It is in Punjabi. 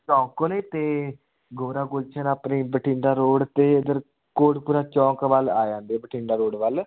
ਚੌਂਕ ਕੋਲ ਅਤੇ ਗੋਰਾ ਗੁਲਸ਼ਨ ਆਪਣੇ ਬਠਿੰਡਾ ਰੋਡ 'ਤੇ ਇੱਧਰ ਕੋਟਕਪੁਰਾ ਚੌਂਕ ਵੱਲ ਆ ਜਾਂਦੇ ਬਠਿੰਡਾ ਰੋਡ ਵੱਲ